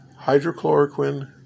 hydrochloroquine